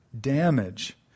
damage